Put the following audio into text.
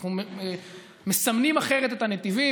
אנחנו מסמנים אחרת את הנתיבים,